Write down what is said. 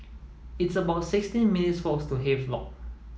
it's about sixteen minutes' walk to Havelock